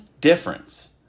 difference